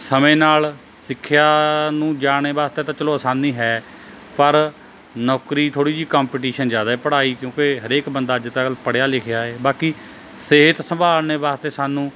ਸਮੇਂ ਨਾਲ ਸਿੱਖਿਆ ਨੂੰ ਜਾਣੇ ਵਾਸਤੇ ਤਾਂ ਚਲੋ ਆਸਾਨੀ ਹੈ ਪਰ ਨੌਕਰੀ ਥੋੜ੍ਹੀ ਜਿਹੀ ਕੰਪੀਟੀਸ਼ਨ ਜ਼ਿਆਦਾ ਹੈ ਪੜ੍ਹਾਈ ਕਿਉਂਕਿ ਹਰੇਕ ਬੰਦਾ ਅੱਜ ਕੱਲ੍ਹ ਪੜ੍ਹਿਆ ਲਿਖਿਆ ਏ ਬਾਕੀ ਸਿਹਤ ਸੰਭਾਲ ਨੇ ਵਾਸਤੇ ਸਾਨੂੰ